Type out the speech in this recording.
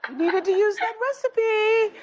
needed to use that recipe.